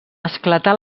esclatar